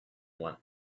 one